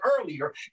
earlier